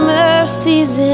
mercies